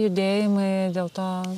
judėjimai dėl to